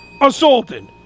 assaulted